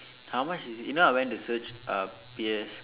how much is it you know I went to search uh P_S